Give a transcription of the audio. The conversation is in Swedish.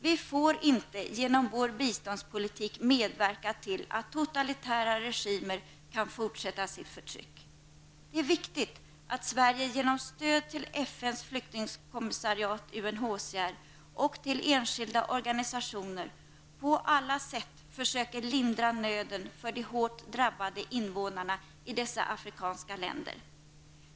Vi får inte genom vår biståndspolitik medverka till att totalitära regimer kan fortsätta sitt förtryck. Det är viktigt att Sverige genom stöd till FNs flyktingkommissariat UNHCR och till enskilda organisationer på alla sätt försöker lindra nöden för de hårt drabbade invånarna i dessa afrikanska länder.